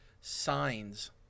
signs